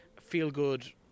feel-good